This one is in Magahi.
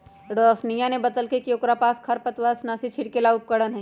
रोशिनीया ने बतल कई कि ओकरा पास खरपतवारनाशी छिड़के ला उपकरण हई